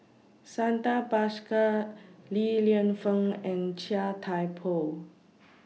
Santha Bhaskar Li Lienfung and Chia Thye Poh